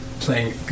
Playing